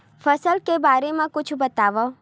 फसल के बारे मा कुछु बतावव